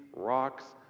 rocks,